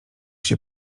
się